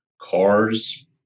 cars